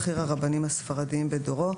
בכיר הרבנים הספרדיים בדורו,